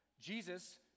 Jesus